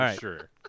Sure